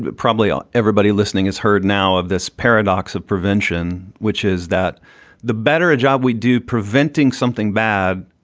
but probably all everybody listening has heard now of this paradox of prevention, which is that the better a job we do preventing something bad.